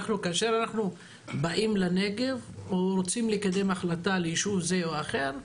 כאשר אנחנו באים לנגב או רוצים לקדם החלטה ליישוב זה או אחר,